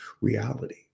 reality